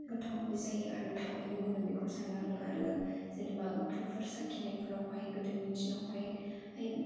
गोथावबो जायो आरो थाबैनो मोनो बेखौ सानो आं आरो जेनेबा ओंख्रिफोर साखिनायफोरावहाय गोदोनि दिनावहाय हाय